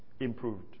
Improved